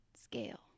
scale